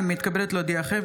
הינני מתכבדת להודיעכם,